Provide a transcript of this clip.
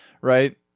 right